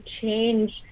change